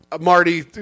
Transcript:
marty